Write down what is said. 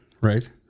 right